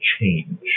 change